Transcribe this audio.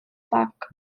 парка